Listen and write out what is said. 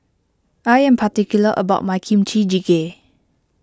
I am particular about my Kimchi Jjigae